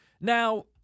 Now